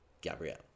Gabrielle